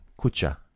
Kucha